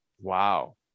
wow